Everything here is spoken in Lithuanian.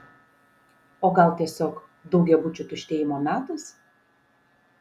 o gal tiesiog daugiabučių tuštėjimo metas